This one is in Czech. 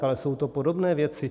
Ale jsou to podobné věci.